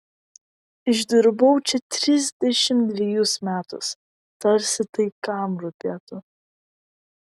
išdirbau čia trisdešimt dvejus metus tarsi tai kam rūpėtų